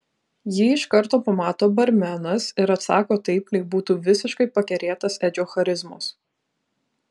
jį iš karto pamato barmenas ir atsako taip lyg būtų visiškai pakerėtas edžio charizmos